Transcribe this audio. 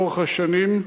לאורך השנים,